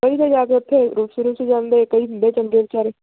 ਕਈ ਤਾਂ ਉੱਥੇ ਜਾ ਕੇ ਰੁਸ ਰੁਸ ਜਾਂਦੇ ਕਈ ਹੁੰਦੇ ਚੰਗੇ ਬਿਚਾਰੇ